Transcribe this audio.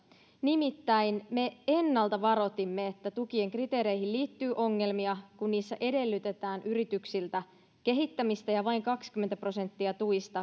nimittäin me ennalta varoitimme että tukien kriteereihin liittyy ongelmia koska niissä edellytetään yrityksiltä kehittämistä ja vain kaksikymmentä prosenttia